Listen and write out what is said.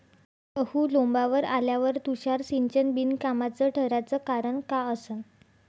गहू लोम्बावर आल्यावर तुषार सिंचन बिनकामाचं ठराचं कारन का असन?